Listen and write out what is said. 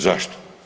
Zašto?